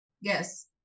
Yes